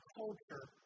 culture